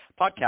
podcast